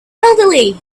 elderly